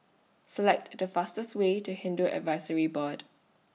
Select The fastest Way to Hindu Advisory Board